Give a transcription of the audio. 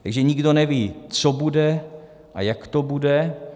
Takže nikdo neví, co bude a jak to bude.